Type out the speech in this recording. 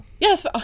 Yes